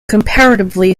comparatively